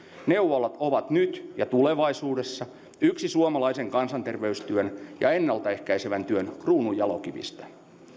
neuvolat ovat nyt ja tulevaisuudessa yksi suomalaisen kansanterveystyön ja ennaltaehkäisevän työn kruununjalokivistä